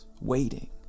waiting